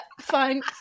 fine